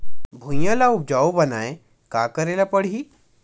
भुइयां ल उपजाऊ बनाये का करे ल पड़ही?